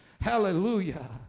Hallelujah